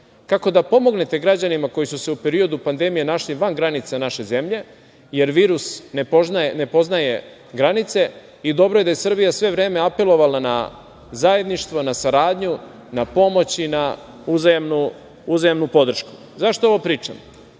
kako da pomognete građanima koji su se u periodu pandemije našli van granica naše zemlje, jer virus ne poznaje granice i dobro je da je Srbija sve vreme apelovala na zajedništvo, na saradnju, na pomoć i na uzajamnu podršku.Zašto ovo pričam?